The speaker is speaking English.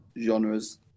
genres